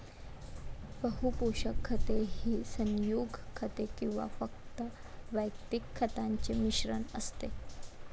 बहु पोषक खते ही संयुग खते किंवा फक्त वैयक्तिक खतांचे मिश्रण असते